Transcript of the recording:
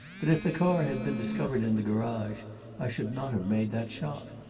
but if the car had been discovered in the garage i should not have made that shot.